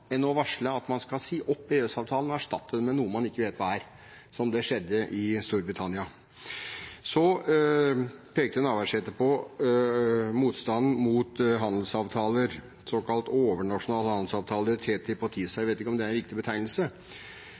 jeg ikke i tvil om, men det er noe annet enn å varsle at man skal si opp EØS-avtalen og erstatte den med noe man ikke vet hva er, slik som det skjedde i Storbritannia. Så pekte representanten Navarsete på motstanden mot handelsavtaler, såkalte overnasjonale handelsavtaler – TTIP og TISA. Jeg vet ikke om det